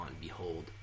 behold